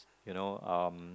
you know um